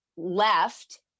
left